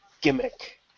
gimmick